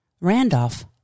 Randolph